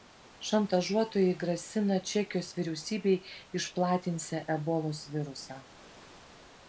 šantažuotojai grasina čekijos vyriausybei išplatinsią ebolos virusą